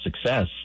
success